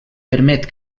permet